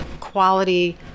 quality